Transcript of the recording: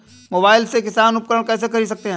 Mobile से किसान उपकरण कैसे ख़रीद सकते है?